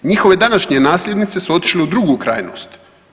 Njihove današnje nasljednice su otišle u drugu krajnost.